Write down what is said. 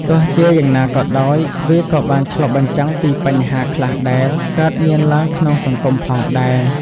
ទោះជាយ៉ាងណាក៏ដោយ វាក៏បានឆ្លុះបញ្ចាំងពីបញ្ហាខ្លះដែលកើតមានឡើងក្នុងសង្គមផងដែរ។